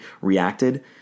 reacted